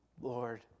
Lord